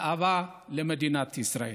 גאווה למדינת ישראל.